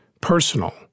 personal